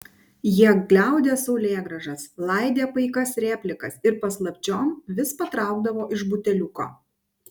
jie gliaudė saulėgrąžas laidė paikas replikas ir paslapčiom vis patraukdavo iš buteliuko